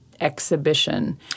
exhibition